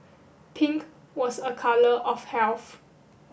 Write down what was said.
pink was a colour of health